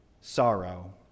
sorrow